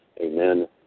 amen